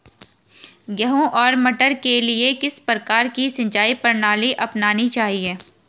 गेहूँ और मटर के लिए किस प्रकार की सिंचाई प्रणाली अपनानी चाहिये?